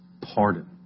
pardon